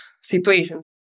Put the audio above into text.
situation